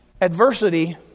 Adversity